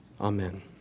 Amen